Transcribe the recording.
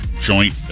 joint